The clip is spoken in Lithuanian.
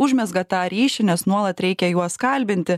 užmezga tą ryšį nes nuolat reikia juos kalbinti